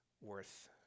worth